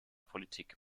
politik